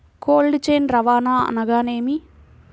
Cold chain రవాణా అనగా నేమి?